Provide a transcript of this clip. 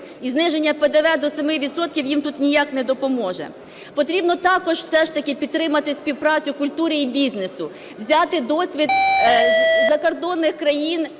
І зниження ПДВ до 7 відсотків їм тут ніяк не допоможе. Потрібно також все ж таки підтримати співпрацю культури і бізнесу. Взяти досвід закордонних країн